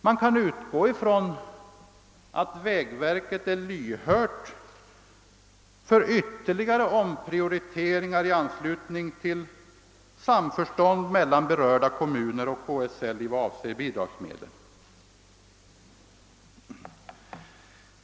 Man kan utgå från att vägverket är lyhört för ytterligare omprioriteringar i samförstånd med berörda kommuner och KSL i vad avser bidragsmedel.